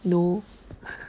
no